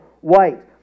white